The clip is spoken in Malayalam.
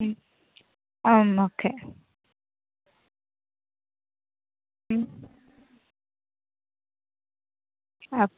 am okay